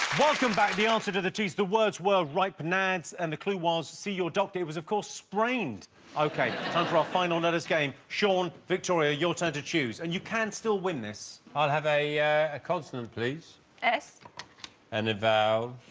welcome back the answer to the t's the words world ripe nads and the clue was see your doctor it was of course sprained okay time trial final no this game shawn victoria your turn to choose and you can still win this. i'll have a consonant, please s and avow